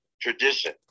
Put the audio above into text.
tradition